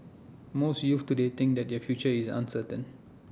most youths today think that their future is uncertain